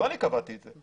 לא אני קבעתי את זה.